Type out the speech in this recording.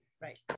right